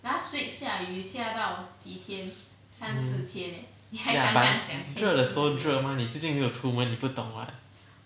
ya but 热的时候热 mah 你最近没有出门你不懂 what